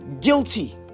guilty